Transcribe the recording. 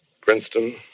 Princeton